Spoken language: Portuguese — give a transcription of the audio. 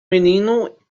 menino